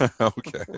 okay